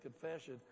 Confession